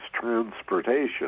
transportation